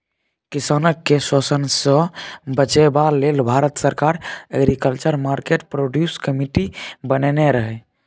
किसान केँ शोषणसँ बचेबा लेल भारत सरकार एग्रीकल्चर मार्केट प्रोड्यूस कमिटी बनेने रहय